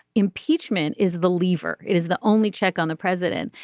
impeachment is the lever. it is the only check on the president.